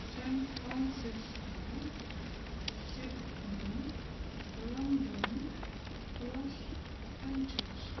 San Francisco Sydney London las angeles